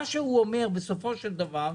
מה שהוא אומר בסופו של דבר,